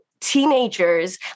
teenagers